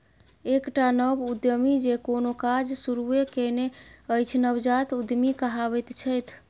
एकटा नव उद्यमी जे कोनो काज शुरूए केने अछि नवजात उद्यमी कहाबैत छथि